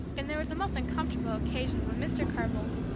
and there was a most uncomfortable occasion when mr. carr-boldt,